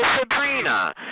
Sabrina